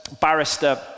barrister